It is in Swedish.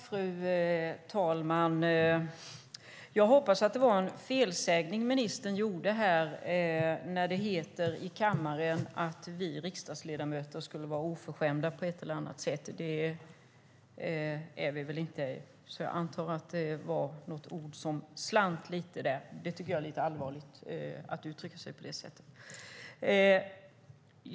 Fru talman! Jag hoppas att ministern gjorde en felsägning när hon sade att vi riksdagsledamöter på ett eller annat sätt skulle vara oförskämda i kammaren. Det är vi inte. Jag antar att något ord slant lite. Det är allvarligt att uttrycka sig på det sättet.